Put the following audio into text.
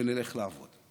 ונלך לעבוד.